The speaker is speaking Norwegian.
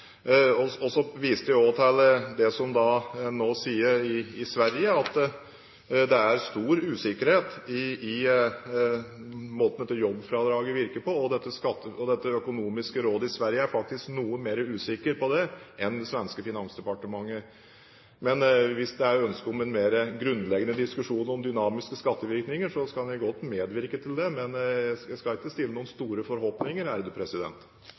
stor usikkerhet i måten dette jobbfradraget virker på, og dette økonomiske rådet i Sverige er faktisk noe mer usikre på det enn det svenske finansdepartementet. Hvis det er ønske om en mer grunnleggende diskusjon om dynamiske skattevirkninger, kan jeg godt medvirke til det, men jeg skal ikke stille noen store forhåpninger.